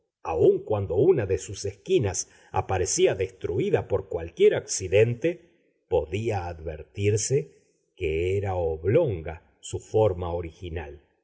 aun cuando una de sus esquinas aparecía destruída por cualquier accidente podía advertirse que era oblonga su forma original